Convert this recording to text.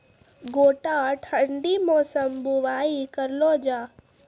गोटा ठंडी मौसम बुवाई करऽ लो जा?